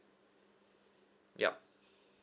ya